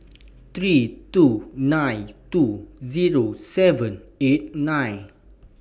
three two nine two Zero seven eight nine